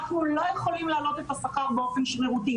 אנחנו לא יכולים לעלות את השכר באופן שרירותי,